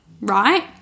right